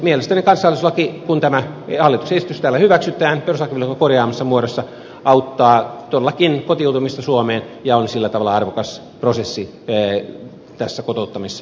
mielestäni kansalaisuuslaki kun tämä hallituksen esitys täällä hyväksytään perustuslakivaliokunnan korjaamassa muodossa auttaa todellakin kotiutumista suomeen ja on sillä tavalla arvokas prosessi tässä kotouttamiskehittämisessä